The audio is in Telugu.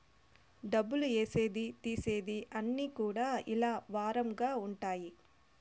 డబ్బులు ఏసేది తీసేది అన్ని కూడా ఇలా వారంగా ఉంటాయి